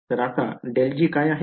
तर आता ∇g काय आहे